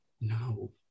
no